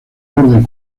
orden